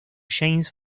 james